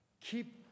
keep